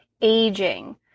aging